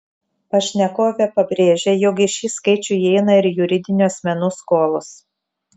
pašnekovė pabrėžia jog į šį skaičių įeina ir juridinių asmenų skolos